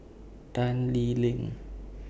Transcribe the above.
Tan Lee Leng